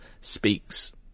speaks